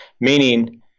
meaning